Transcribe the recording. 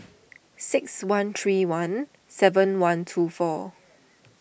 six one three one seven one two four